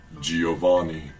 Giovanni